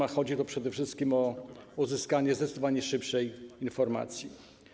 A chodzi tu przede wszystkim o uzyskanie zdecydowanie szybszej informacji.